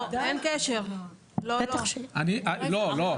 לא, אין קשר, לא, לא.